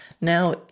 now